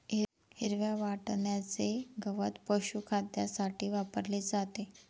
हिरव्या वाटण्याचे गवत पशुखाद्यासाठी वापरले जाते